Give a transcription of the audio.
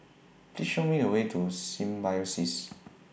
Please Show Me The Way to Symbiosis